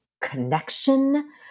connection